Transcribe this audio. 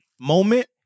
moment